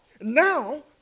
now